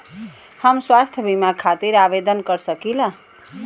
हम स्वास्थ्य बीमा खातिर आवेदन कर सकीला?